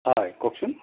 হয় কওকচোন